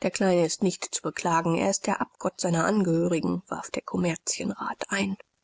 der kleine ist nicht zu beklagen er ist der abgott seiner angehörigen warf der kommerzienrat ein